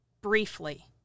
briefly